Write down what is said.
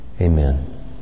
Amen